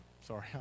Sorry